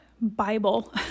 Bible